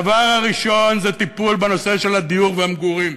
הדבר הראשון זה טיפול בנושא של הדיור והמגורים,